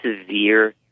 severe